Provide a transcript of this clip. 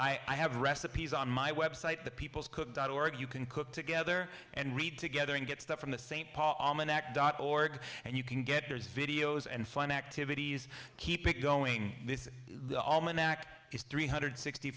i have recipes on my website the people cook dot org you can cook together and read together and get stuff from the st paul mn act org and you can get there's videos and fun activities keep it going this is the almanac is three hundred sixty